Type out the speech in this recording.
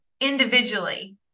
individually